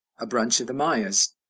a branch of the mayas.